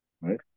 right